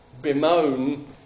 bemoan